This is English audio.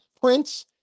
Prince